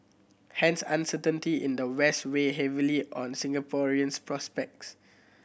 hence uncertainty in the West weigh heavily on Singapore's prospects